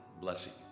blessing